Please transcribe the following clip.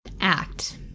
act